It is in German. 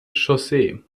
chaussee